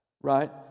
Right